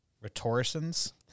Rhetoricians